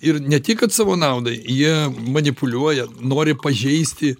ir ne tik kad savo naudai jie manipuliuoja nori pažeisti